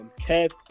Kev